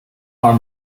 are